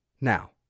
Now